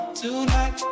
tonight